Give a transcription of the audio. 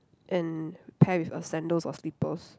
and pair with a sandals or slippers